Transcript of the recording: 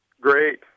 Great